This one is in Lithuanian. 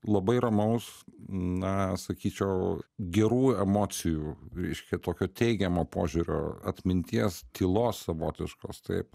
labai ramaus na sakyčiau gerų emocijų reiškia tokio teigiamo požiūrio atminties tylos savotiškos taip